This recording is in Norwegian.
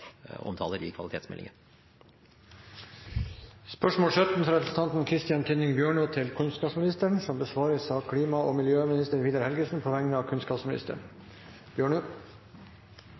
omtaler i kvalitetsmeldingen. Dette spørsmålet, fra representanten Christian Tynning Bjørnø til kunnskapsministeren, vil bli besvart av klima- og miljøministeren på vegne av kunnskapsministeren,